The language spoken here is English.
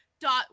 Dot